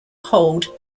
hold